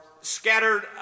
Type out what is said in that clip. scattered